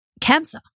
cancer